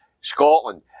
Scotland